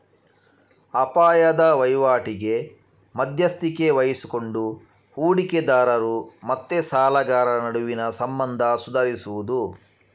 ಅಪಾಯದ ವೈವಾಟಿಗೆ ಮಧ್ಯಸ್ಥಿಕೆ ವಹಿಸಿಕೊಂಡು ಹೂಡಿಕೆದಾರರು ಮತ್ತೆ ಸಾಲಗಾರರ ನಡುವಿನ ಸಂಬಂಧ ಸುಧಾರಿಸುದು